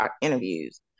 interviews